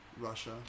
Russia